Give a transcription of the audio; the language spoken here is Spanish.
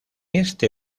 este